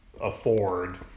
afford